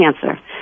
cancer